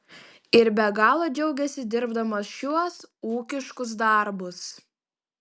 ir be galo džiaugiasi dirbdamas šiuos ūkiškus darbus